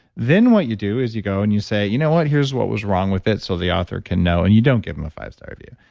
then what you do is you go and you say, you know what? here's what was wrong with it, so the author can know, and you don't give them a fivestar review,